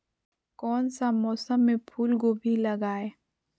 कौन सा मौसम में फूलगोभी लगाए?